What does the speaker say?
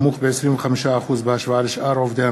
עוברים ועוברות להצבעה על הצעת חוק סדר הדין הפלילי